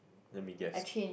let me guess